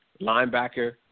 linebacker